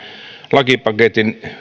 lakipaketin